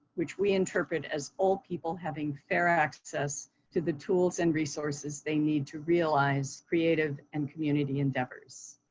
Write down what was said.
which we interpret as all people having fair access to the tools and resources they need to realize creative and community endeavors.